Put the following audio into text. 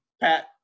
Pat